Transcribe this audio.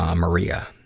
um maria.